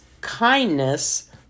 kindness